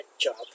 job